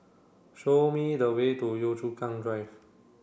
show me the way to Yio Chu Kang Drive